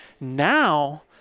now